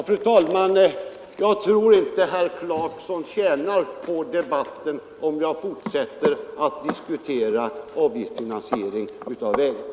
Fru talman! Jag tror inte att herr Clarkson tjänar på att vi fortsätter debattera avgiftsfinansiering av vägarna.